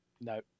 no